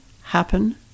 Happen